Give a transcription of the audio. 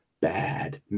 bad